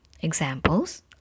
examples